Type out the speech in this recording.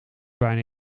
bijna